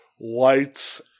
Lights